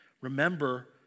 remember